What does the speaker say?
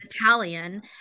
Italian